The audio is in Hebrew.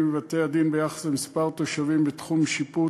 בבתי-הדין ביחס למספר התושבים בתחום שיפוטו,